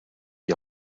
die